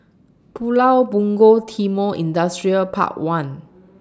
Pulau Punggol Timor Industrial Park one